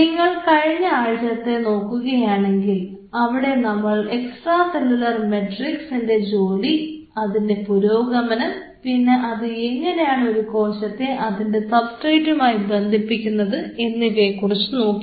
നിങ്ങൾ കഴിഞ്ഞ ആഴ്ചത്തെ നോക്കുകയാണെങ്കിൽ അവിടെ നമ്മൾ എക്സ്ട്രാ സെല്ലുലാർ മാട്രിക്സ് ന്റെ ജോലി അതിൻറെ പുരോഗമനം പിന്നെ അത് എങ്ങനെയാണ് ഒരു കോശത്തെ അതിൻറെ സബ്സ്ട്രേറ്റുമായി ബന്ധിപ്പിക്കുന്നത് എന്നിവയെക്കുറിച്ച് നോക്കി